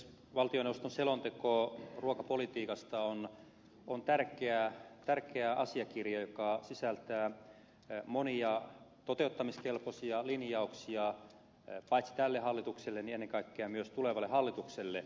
valtioneuvoston selonteko ruokapolitiikasta on tärkeä asiakirja joka sisältää monia toteuttamiskelpoisia linjauksia paitsi tälle hallitukselle myös ennen kaikkea tulevalle hallitukselle